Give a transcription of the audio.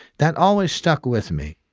that always stuck with me.